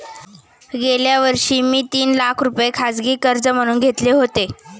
गेल्या वर्षी मी तीन लाख रुपये खाजगी कर्ज म्हणून घेतले होते